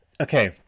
okay